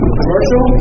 commercial